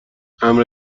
امر